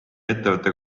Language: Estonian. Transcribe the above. ettevõte